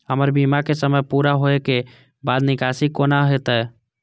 हमर बीमा के समय पुरा होय के बाद निकासी कोना हेतै?